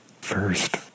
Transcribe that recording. First